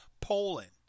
Poland